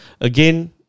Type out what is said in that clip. again